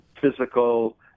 physical